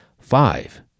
Five